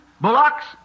bullocks